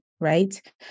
right